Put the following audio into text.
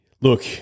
Look